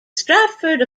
stratford